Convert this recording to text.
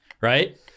Right